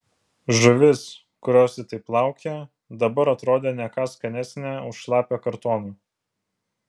žuvis kurios ji taip laukė dabar atrodė ne ką skanesnė už šlapią kartoną